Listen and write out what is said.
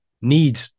need